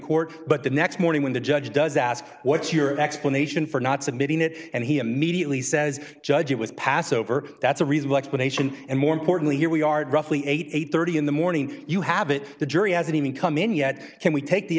court but the next morning when the judge does ask what's your explanation for not submitting it and he immediately says judge it was passover that's a reasonable explanation and more importantly here we are roughly eight thirty in the morning you have it the jury hasn't even come in yet can we take the